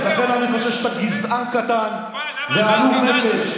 אז לכן אני חושב שאתה גזען קטן ועלוב נפש.